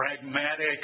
pragmatic